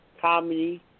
comedy